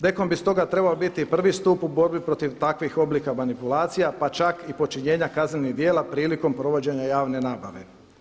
DKOM bi stoga trebao biti prvi stup u borbi protiv takvih oblika manipulacija, pa čak i počinjenja kaznenih djela prilikom provođenja javne nabave.